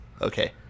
Okay